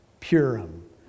Purim